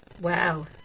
Wow